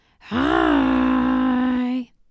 Hi